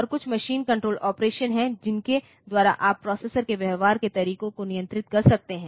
और कुछ machine control operations हैं जिनके द्वारा आप प्रोसेसर के व्यवहार के तरीके को नियंत्रित कर सकते हैं